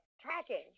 Tracking